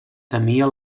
temia